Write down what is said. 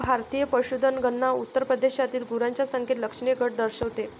भारतीय पशुधन गणना उत्तर प्रदेशातील गुरांच्या संख्येत लक्षणीय घट दर्शवते